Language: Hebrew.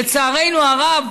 לצערנו הרב,